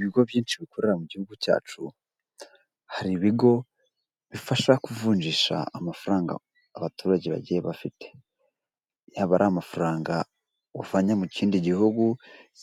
Ibigo byinshi bikorera mu gihugu cyacu, hari ibigo bifasha kuvunjisha amafaranga abaturage bagiye bafite. Yaba ari amafaranga uvanye mu kindi gihugu,